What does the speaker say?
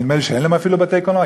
נדמה לי שאין להם אפילו בתי-קולנוע.